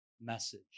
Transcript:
message